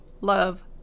love